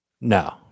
No